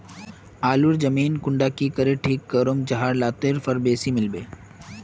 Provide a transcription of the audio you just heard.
आलूर जमीन कुंडा की करे ठीक करूम जाहा लात्तिर फल बेसी मिले?